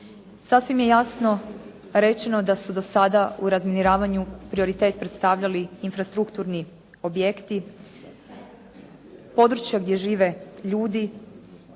Sasvim je jasno rečeno da su do sada u razminiravanju prioritet predstavljali infrastrukturni objekti, područja gdje žive ljudi,